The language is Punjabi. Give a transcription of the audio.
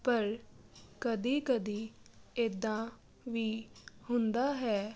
ਪਰ ਕਦੀ ਕਦੀ ਇੱਦਾਂ ਵੀ ਹੁੰਦਾ ਹੈ